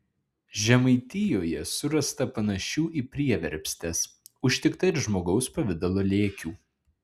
žemaitijoje surasta panašių į prieverpstes užtikta ir žmogaus pavidalo lėkių